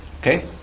okay